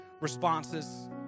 responses